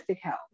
health